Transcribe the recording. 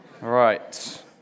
right